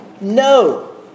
No